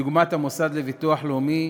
דוגמת המוסד לביטוח לאומי,